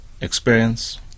Experience